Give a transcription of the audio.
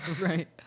right